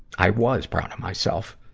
i was proud of myself.